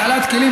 הגעלת כלים,